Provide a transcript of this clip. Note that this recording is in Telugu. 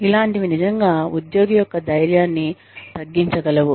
ఇలాంటివి నిజంగా ఉద్యోగి యొక్క ధైర్యాన్ని తగ్గించగలవు